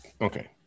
Okay